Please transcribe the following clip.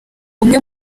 umwe